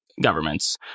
governments